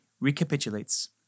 recapitulates